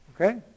Okay